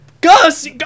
Gus